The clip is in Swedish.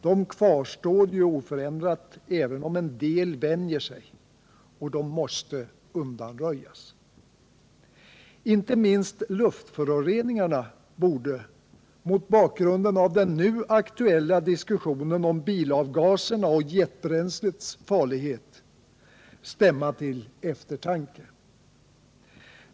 De kvarstår oförändrade även om en del vänjer sig, och 107 de måste undanröjas. Inte minst luftföroreningarna borde, mot bakgrunden av den nu aktuella diskussionen om bilavgaserna och jetbränslets farlighet, stämma till eftertanke.